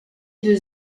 deux